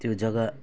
त्यो जगा